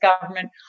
government